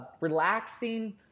relaxing